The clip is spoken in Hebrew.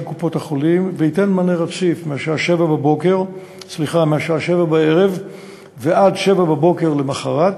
קופות-החולים וייתן מענה רציף מהשעה 19:00 ועד 07:00 למחרת